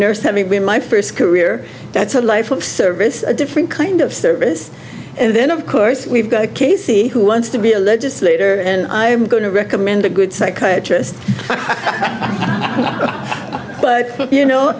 nurse having been my first career that's a life of service a different kind of service and then of course we've got a casey who wants to be a legislator and i'm going to recommend a good psychiatrist but you know